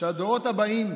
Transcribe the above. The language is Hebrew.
שהדורות הבאים